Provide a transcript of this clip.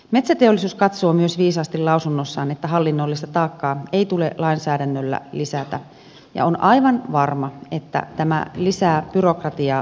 metsäteollisuus katsoo myös viisaasti lausunnossaan että hallinnollista taakkaa ei tule lainsäädännöllä lisätä ja on aivan varma että tämä lisää byrokratiaa tullessaan